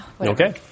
Okay